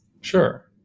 Sure